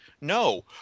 No